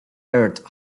earth